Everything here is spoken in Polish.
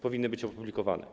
Powinny być opublikowane.